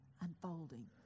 unfolding